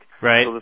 Right